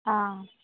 ఆ